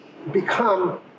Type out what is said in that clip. become